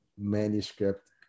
manuscript